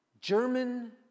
German